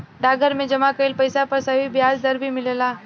डाकघर में जमा कइल पइसा पर सही ब्याज दर भी मिलेला